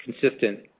consistent